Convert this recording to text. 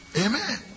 Amen